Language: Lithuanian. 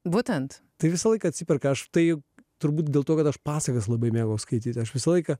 būtent tai visą laiką atsiperka aš tai turbūt dėl to kad aš pasakas labai mėgau skaityti aš visą laiką